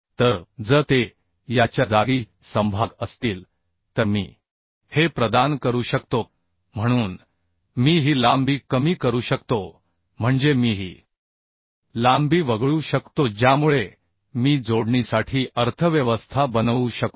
तर जर ते याच्या जागी समभाग असतील तर मी हे प्रदान करू शकतो म्हणून मी ही लांबी कमी करू शकतो म्हणजे मी ही लांबी वगळू शकतो ज्यामुळे मी जोडणीसाठी अर्थव्यवस्था बनवू शकतो